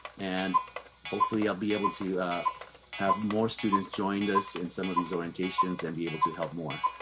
and hopefully i'll be able to have more students join us in some of these orientations and be able to help more.